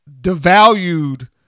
devalued